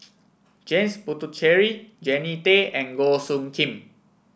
James Puthucheary Jannie Tay and Goh Soo Khim